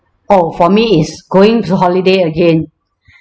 oh for me is going to holiday again